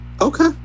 Okay